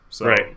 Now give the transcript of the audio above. Right